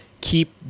keep